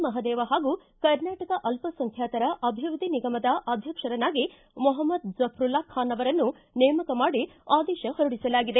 ಮಹದೇವ ಹಾಗೂ ಕರ್ನಾಟಕ ಅಲ್ಲ ಸಂಖ್ಯಾತರ ಅಭಿವೃದ್ಧಿ ನಿಗಮದ ಅಧ್ವಕ್ಷರನ್ನಾಗಿ ಮೊಹಮ್ಮದ ಜಪ್ತುಲ್ಲಾ ಖಾನ್ ಅವರನ್ನು ನೇಮಕ ಮಾಡಿ ಆದೇಶ ಹೊರಡಿಸಲಾಗಿದೆ